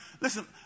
listen